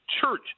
church